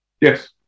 Yes